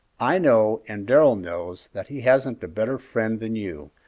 i know, and darrell knows, that he hasn't a better friend than you,